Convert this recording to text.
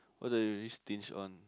what do you use tinge one